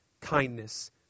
kindness